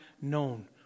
known